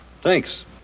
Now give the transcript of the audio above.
Thanks